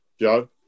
Joe